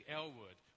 Elwood